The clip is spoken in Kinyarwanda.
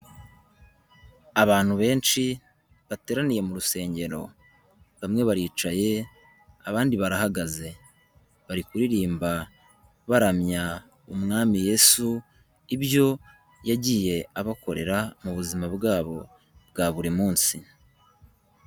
Abantu benshi bateraniye mu rusengero bamwe baricaye abandi barahagaze, bari kuririmba baramya umwami yesu ibyo yagiye abakorera mu buzima bwabo bwa buri munsi.